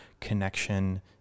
connection